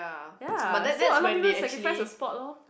ya so a lot of people sacrifice the sport loh